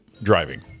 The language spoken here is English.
Driving